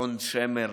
אלון שמר,